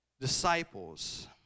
disciples